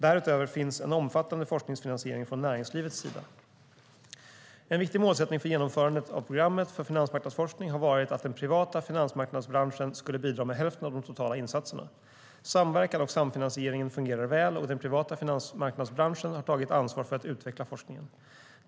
Därutöver finns en omfattande forskningsfinansiering från näringslivets sida. En viktig målsättning för genomförandet av programmet för finansmarknadsforskning har varit att den privata finansmarknadsbranschen skulle bidra med hälften av de totala insatserna. Samverkan och samfinansieringen fungerar väl, och den privata finansmarknadsbranschen har tagit ansvar för att utveckla forskningen.